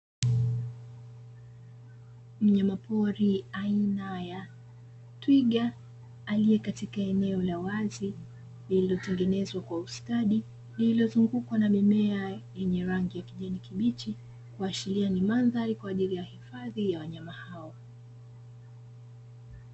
Mnyamapori aina ya twiga aliyekatika eneo la wazi lililotengenezwa kwa ustadi, lililozungukwa na mimea yenye rangi ya kijani kibichi kuashiria ni mandhari ya uhifadhi wa wanyama hao.